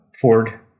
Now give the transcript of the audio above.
Ford